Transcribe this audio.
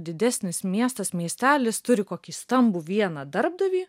didesnis miestas miestelis turi kokį stambų vieną darbdavį